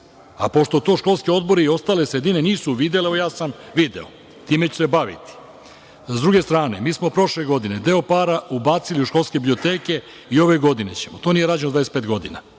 to školski odbori i ostale sredine nisu videle, evo ja sam video. Time ću se baviti. Sa druge strane, mi smo prošle godine deo para ubacili u školske biblioteke i ove godine ćemo, a to nije rađeno 25 godina,